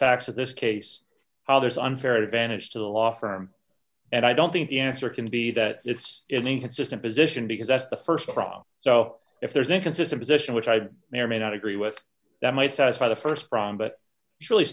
facts of this case how there's an unfair advantage to the law firm and i don't think the answer can be that it's inconsistent position because that's the st problem so if there's an inconsistent position which i may or may not agree with that might satisfy the st problem but really